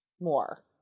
more